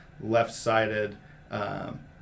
left-sided